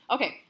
Okay